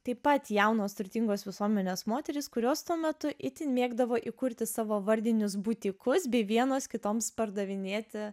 taip pat jaunos turtingos visuomenės moterys kurios tuo metu itin mėgdavo įkurti savo vardinius butikus bei vienos kitoms pardavinėti